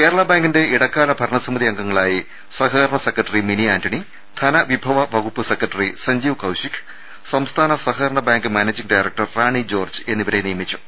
കേരള ബാങ്കിന്റെ ഇടക്കാല ഭരണസമിതി അംഗങ്ങളായി സഹകരണ സെക്രട്ടറി മിനി ആന്റണി ധനവിഭവ വകുപ്പ് സെക്രട്ടറി സഞ്ജീവ് കൌശിക് സംസ്ഥാന സഹകരണ bank managing director Rani George എന്നിവരെ നിയമിച്ചു